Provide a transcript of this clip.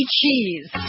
cheese